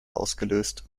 ausgelöst